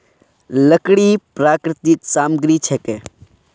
लकड़ी प्राकृतिक सामग्री छिके